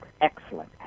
excellent